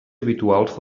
habituals